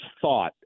thought